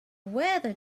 weather